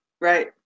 right